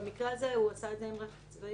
במקרה הזה הוא עשה את זה עם רכב צבאי.